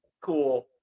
cool